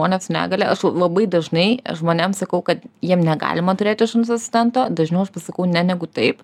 žmones su negalia aš labai dažnai žmonėm sakau kad jiem negalima turėti šuns asistento dažniau aš pasakau ne negu taip